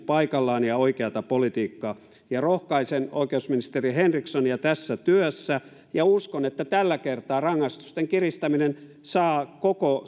paikallaan ja oikeata politiikkaa rohkaisen oikeusministeri henrikssonia tässä työssä ja uskon että tällä kertaa rangaistusten kiristäminen saa koko